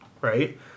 right